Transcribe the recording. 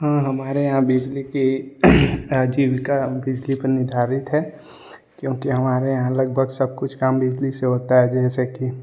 हाँ हमारे यहाँ बिजली की आज़ीविका बिजली पर निर्धारित है क्योंकि हमारे यहाँ लगभग सब कुछ काम बिजली से होता है जैसे कि